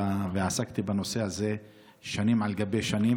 ועסקתי בנושא הזה שנים על גבי שנים.